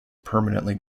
permanently